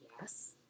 Yes